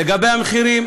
לגבי המחירים,